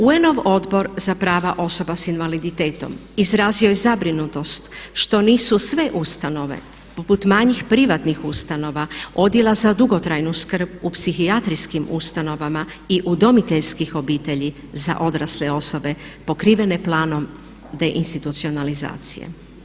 UN-ov Odbor za prava osoba s invaliditetom izrazio je zabrinutost što nisu sve ustanove poput manjih privatnih ustanova odjela za dugotrajnu skrb u psihijatrijskim ustanovama i udomiteljskih obitelji za odrasle osobe pokrivene planom deinstitucionalizacije.